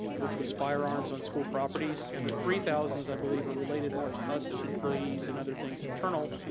which was firearms on school properties. and the three thousand i believe, are related more to us, as employees and other things internal,